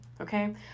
okay